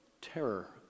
terror